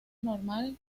normal